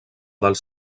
dels